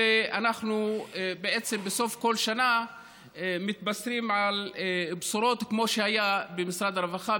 ואנחנו בעצם בסוף כל שנה מתבשרים בשורות כמו שהיה במשרד הרווחה,